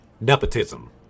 Nepotism